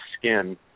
skin